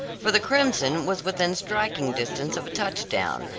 for the crimson was within striking distance of a touch-down,